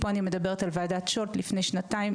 פה אני מדברת על ועדת שולט מלפני שלוש שנים,